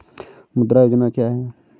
मुद्रा योजना क्या है?